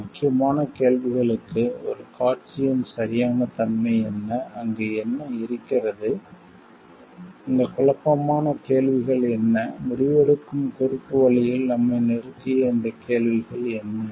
இந்த முக்கியமான கேள்விகளுக்கு ஒரு காட்சியின் சரியான தன்மை என்ன அங்கு என்ன இருக்கிறது இந்த குழப்பமான கேள்விகள் என்ன முடிவெடுக்கும் குறுக்கு வழியில் நம்மை நிறுத்திய இந்த கேள்விகள் என்ன